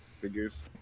figures